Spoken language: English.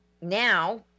now